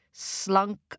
slunk